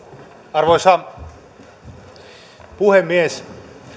arvoisa puhemies